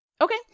Okay